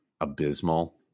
abysmal